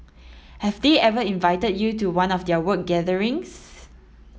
have they ever invited you to one of their work gatherings